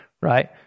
right